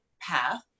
path